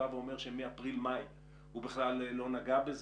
בא ואומר שמאפריל-מאי הוא בכלל לא נגע בזה.